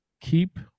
keep